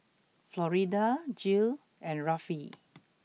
Florida Jill and Rafe